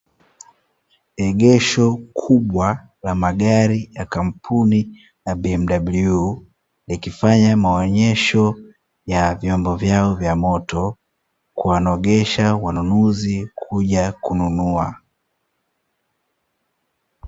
Egesho kubwa la magari ya kampuni ya "BMW" likifanya maonyesho ya vyombo vyao vya moto kuwanogesha wanunuzi kuja kununua.